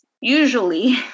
usually